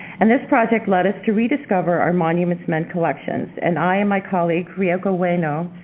and this project led us to rediscover our monuments men collections and i and my colleague, rihoko ueno,